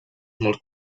molt